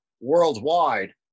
worldwide